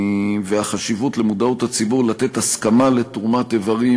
והחשיבות של מודעות הציבור להסכמה לתרומת איברים.